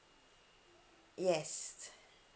yes